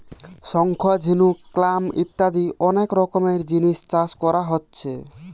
শঙ্খ, ঝিনুক, ক্ল্যাম ইত্যাদি অনেক রকমের জিনিস চাষ কোরা হচ্ছে